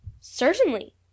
Certainly